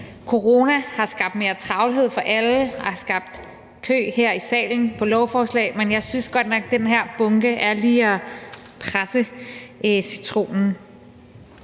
corona har skabt mere travlhed for alle og har skabt en kø her i salen af lovforslag, men jeg synes godt nok, at den her bunke lige er at presse citronen.